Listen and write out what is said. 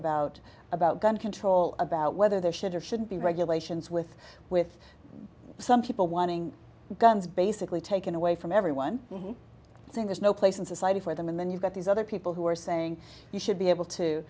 about about gun control about whether there should or should be regulations with with some people wanting guns basically taken away from everyone saying there's no place in society for them and then you've got these other people who are saying you should be able to